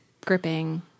Gripping